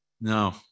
No